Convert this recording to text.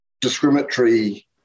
discriminatory